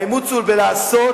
האימוץ הוא בלעשות,